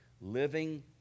Living